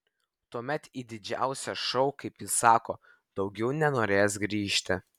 tuomet į didžiausią šou kaip jis sako daugiau nenorės grįžti